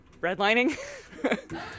redlining